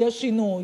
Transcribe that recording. יהיה שינוי.